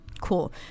cool